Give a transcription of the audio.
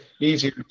easier